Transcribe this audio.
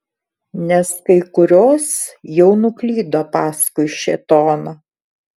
nes kai kurios jau nuklydo paskui šėtoną